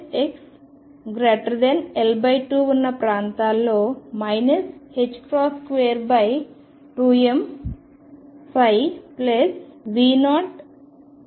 xL2 ఉన్న ప్రాంతాలలో 22mψ0 అవుతుంది